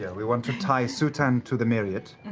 yeah we want to tie sutan to the myriad,